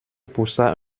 poussa